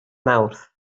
mawrth